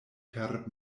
per